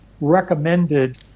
recommended